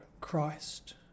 Christ